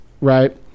right